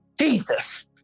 Jesus